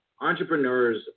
entrepreneurs